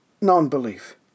non-belief